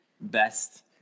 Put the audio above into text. best